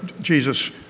Jesus